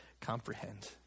comprehend